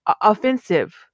offensive